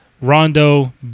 Rondo